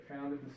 founded